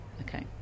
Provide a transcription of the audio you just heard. Okay